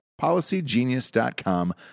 PolicyGenius.com